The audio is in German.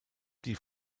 die